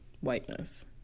whiteness